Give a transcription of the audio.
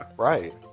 Right